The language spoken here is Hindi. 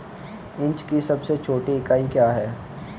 इंच की सबसे छोटी इकाई क्या है?